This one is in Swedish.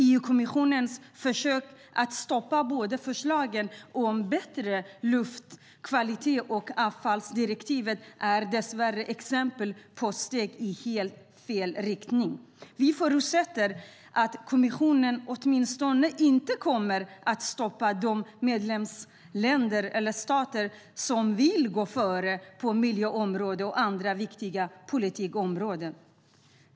EU-kommissionens försök att stoppa både förslagen om bättre luftkvalitet och avfallsdirektivet är dessvärre exempel på steg i helt fel riktning. Vi förutsätter att kommissionen åtminstone inte kommer att stoppa de medlemsländer eller stater som vill gå före på miljöområdet och andra viktiga politikområden.